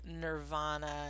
Nirvana